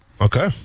Okay